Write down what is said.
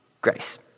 grace